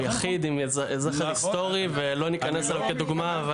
יחיד עם זכר היסטורי ולא נכנס אליו כדוגמה.